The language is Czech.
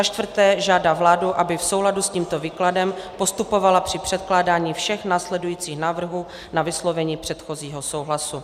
4. žádá vládu, aby v souladu s tímto výkladem postupovala při předkládání všech následujících návrhů na vyslovení předchozího souhlasu;